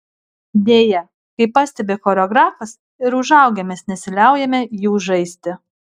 deja kaip pastebi choreografas ir užaugę mes nesiliaujame jų žaisti